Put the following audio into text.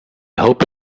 hope